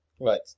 Right